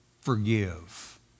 forgive